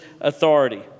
authority